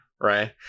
right